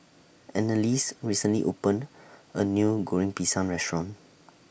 Anneliese recently opened A New Goreng Pisang Restaurant